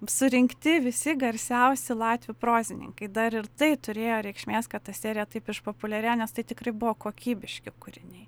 surinkti visi garsiausi latvių prozininkai dar ir tai turėjo reikšmės kad ta serija taip išpopuliarėjo nes tai tikrai buvo kokybiški kūriniai